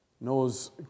Knows